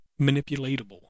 manipulatable